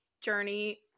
journey